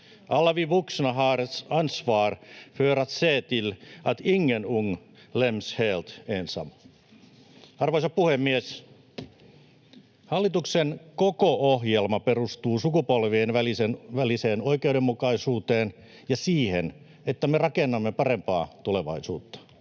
Alla vi vuxna har ett ansvar för att se till att ingen ung lämnas helt ensam. Arvoisa puhemies! Hallituksen koko ohjelma perustuu sukupolvien väliseen oikeudenmukaisuuteen ja siihen, että me rakennamme parempaa tulevaisuutta.